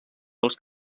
dels